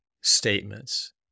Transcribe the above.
statements